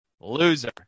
Loser